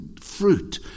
fruit